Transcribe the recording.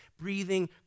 breathing